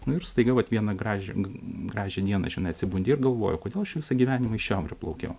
nu ir staiga vat vieną gražią gražią dieną žinai atsibundi ir galvoji kodėl aš visą gyvenimą į šiaurę plaukiau